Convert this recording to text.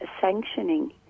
sanctioning